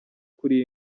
kuri